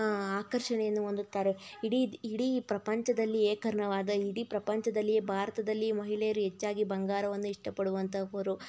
ಆಕರ್ಷಣೆಯನ್ನು ಹೊಂದುತ್ತಾರೆ ಇಡೀ ಇಡೀ ಪ್ರಪಂಚದಲ್ಲಿಯೇ ಕರ್ಣವಾದ ಇಡೀ ಪ್ರಪಂಚದಲ್ಲಿಯೇ ಭಾರತದಲ್ಲಿ ಮಹಿಳೆಯರು ಹೆಚ್ಚಾಗಿ ಬಂಗಾರವನ್ನು ಇಷ್ಟಪಡುವಂತಹವರು